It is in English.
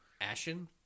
Ashen